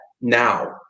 now